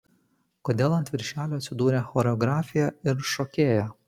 kodėl ant viršelio atsidūrė choreografė ir šokėja